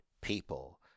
people